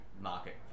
market